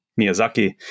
Miyazaki